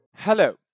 Hello